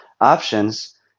options